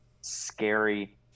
scary